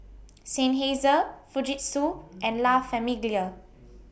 Seinheiser Fujitsu and La Famiglia